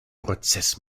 prozess